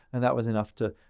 and that was enough to,